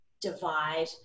divide